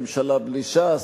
הרי אין ממשלה בלי ש"ס,